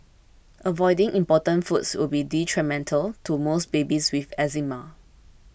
avoiding important foods will be detrimental to most babies with eczema